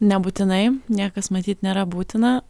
nebūtinai niekas matyt nėra būtina